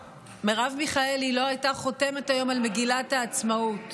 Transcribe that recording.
לא הייתה חותמת היום על מגילת העצמאות.